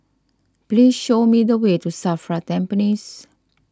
please show me the way to Safra Tampines